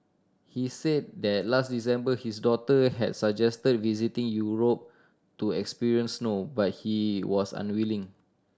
he said that last December his daughter has suggested visiting Europe to experience snow but he was unwilling